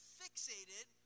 fixated